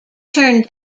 turned